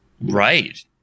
Right